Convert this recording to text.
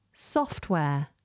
Software